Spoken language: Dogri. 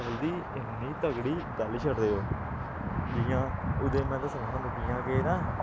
जल्दी इन्नी तगड़ी गल्ल छड्डदे ओह् जि'यां ओह्दे में दस्सना थुहानूं कि'यां केह् ना